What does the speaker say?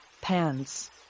pants